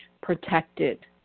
protected